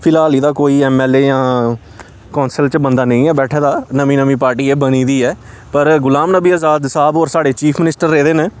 फिलहाल एह्दा कोई एम एल ए जां कौंसल च बंदा नेईं ऐ बैठे दा नमीं नमीं पार्टी ऐ बनी दी ऐ पर गुलाम नबी अजाद साह्ब होर साढ़े चीफ मिनिस्टर रेह्दे न